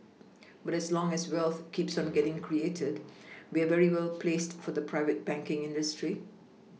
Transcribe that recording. but as long as wealth keeps on getting created we are very well placed for the private banking industry